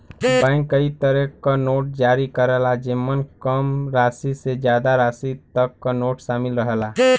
bank कई तरे क नोट जारी करला जेमन कम राशि से जादा राशि तक क नोट शामिल रहला